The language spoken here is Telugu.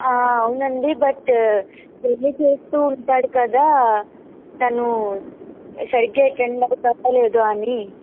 అవునండి బట్ డైలీ చేస్తూ ఉంటాడు కదా తను సరిగ్గా అటెండ్ అవుతాడో లేదో అని